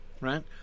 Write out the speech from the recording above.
right